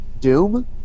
Doom